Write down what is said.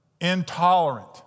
intolerant